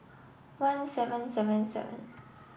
one seven seven seven